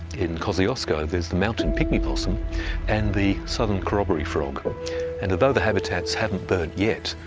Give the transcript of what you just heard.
in kosciuszko, there's the mountain pygmy-possum and the southern corroboree frog and although the habitats haven't burnt yet,